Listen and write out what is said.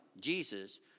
Jesus